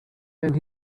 and